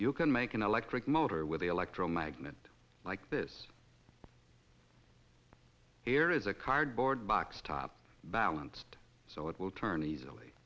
you can make an electric motor with a electro magnet like this here is a cardboard box top balanced so it will turn easily